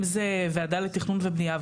אם זה ועדה לתכנון ובנייה.